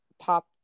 pop